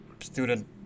student